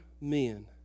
men